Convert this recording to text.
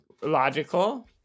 logical